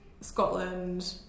Scotland